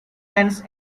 lends